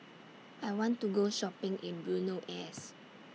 I want to Go Shopping in Buenos Aires